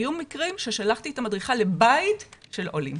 היו מקרים ששלחתי את המדריכה לבית של עולים,